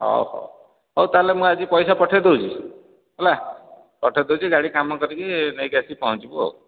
ହଉ ହଉ ହଉ ତା'ହେଲେ ମୁଁ ଆଜି ପଇସା ପଠେଇ ଦେଉଛି ହେଲା ପଠେଇ ଦେଉଛି ଗାଡ଼ି କାମ କରିକି ନେଇକି ଆସିକି ପହଞ୍ଚିବୁ ଆଉ